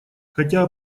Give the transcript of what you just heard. хотя